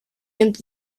nimmt